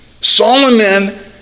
Solomon